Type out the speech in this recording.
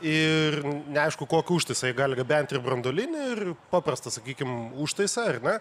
ir neaišku kokį užtaisą jie gali gabenti ir branduolinį ir paprastą sakykim užtaisą ar ne